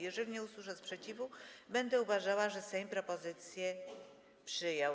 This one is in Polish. Jeżeli nie usłyszę sprzeciwu, będę uważała, że Sejm propozycje przyjął.